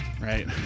right